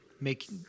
make